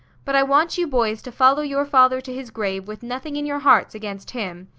but i want you boys to follow your father to his grave with nothing in your hearts against him.